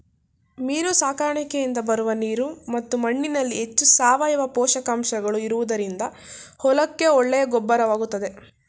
ಮೀನು ಸಾಕಣೆಯಿಂದ ಬರುವ ನೀರು ಮತ್ತು ಮಣ್ಣಿನಲ್ಲಿ ಹೆಚ್ಚು ಸಾವಯವ ಪೋಷಕಾಂಶಗಳು ಇರುವುದರಿಂದ ಹೊಲಕ್ಕೆ ಒಳ್ಳೆಯ ಗೊಬ್ಬರವಾಗುತ್ತದೆ